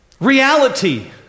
reality